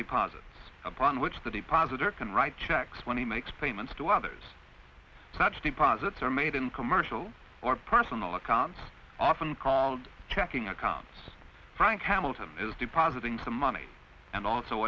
deposits upon which the deposit or can write checks when he makes payments to others touched in posits or made in commercial or personal accounts often called checking accounts frank hamilton is depositing some money and also